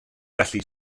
felly